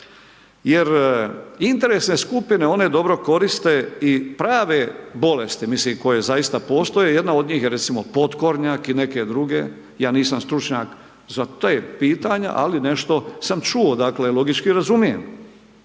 Jer interesne skupine, one dobro koriste i prave bolesti, mislim koje zaista postoje, jedna od njih je recimo potkornjak i neke druge, ja nisam stručnjak za ta pitanja, ali nešto sam čuo, dakle logički razumijem,